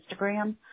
Instagram